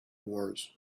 wars